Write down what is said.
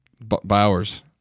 Bowers